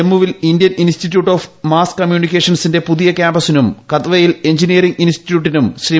ജമ്മുവിൽ Indian institute of mass കമ്മ്യൂണിക്കേഷൻസിന്റെ പുതിയ ക്യാമ്പസിനും കത്വയിൽ എഞ്ചിനീയറിംഗ് ഇൻസ്റ്റ്യിട്ടിട്ടിനും ശ്രീ